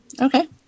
okay